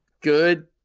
good